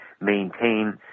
maintain